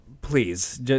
please